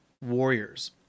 warriors